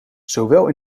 zowel